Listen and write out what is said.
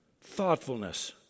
thoughtfulness